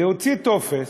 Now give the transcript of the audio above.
להוציא טופס,